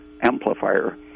amplifier